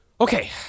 Okay